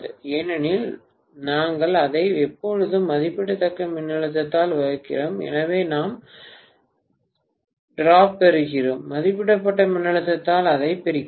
ஏனெனில் நாங்கள் அதை எப்போதும் மதிப்பிடப்பட்ட மின்னழுத்தத்தால் வகுக்கிறோம் எனவே நாம் துளி பெறுகிறோம் மதிப்பிடப்பட்ட மின்னழுத்தத்தால் அதைப் பிரிக்கிறோம்